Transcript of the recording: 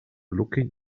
looking